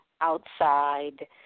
outside